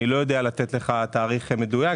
אני לא יודע לתת לך תאריך מדויק.